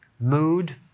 mood